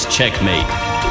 Checkmate